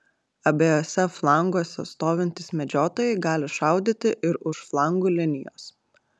abiejuose flanguose stovintys medžiotojai gali šaudyti ir už flangų linijos